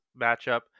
matchup